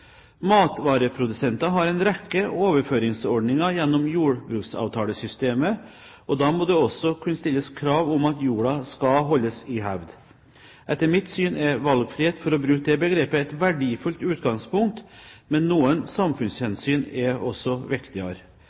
Matvareprodusenter har en rekke overføringsordninger gjennom jordbruksavtalesystemet. Da må det også kunne stilles krav om at jorda skal holdes i hevd. Etter mitt syn er «valgfrihet» – for å bruke det begrepet – et verdifullt utgangspunkt, men noen samfunnshensyn er viktigere.